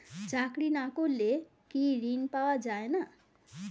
চাকরি না করলে কি ঋণ পাওয়া যায় না?